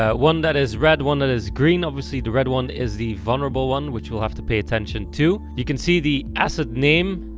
one that is red, one that is green. obviously the red one is the vulnerable one which we'll have to pay attention to. you can see the asset name,